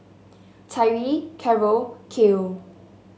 Tyree Carroll Kiel